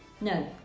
No